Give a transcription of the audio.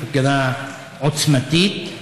הפגנה עוצמתית,